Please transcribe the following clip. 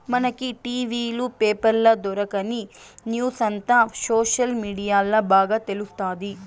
మనకి టి.వీ లు, పేపర్ల దొరకని న్యూసంతా సోషల్ మీడియాల్ల బాగా తెలుస్తాది